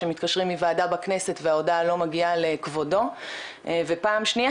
שמתקשרים מוועדה בכנסת וההודעה לא מגיעה לכבודו ופעם שנייה,